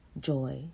joy